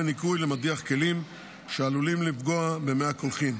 ניקוי למדיח כלים שעלולים לפגוע במי הקולחין,